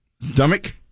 stomach